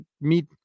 meet